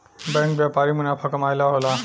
bank व्यापारिक मुनाफा कमाए ला होला